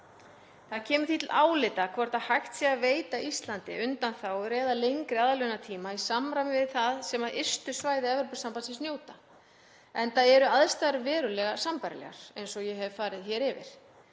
Það kemur því til álita hvort hægt sé að veita Íslandi undanþágur eða lengri aðlögunartíma í samræmi við það sem ystu svæði Evrópusambandsins njóta, enda eru aðstæður verulega sambærilegar eins og ég hef farið yfir,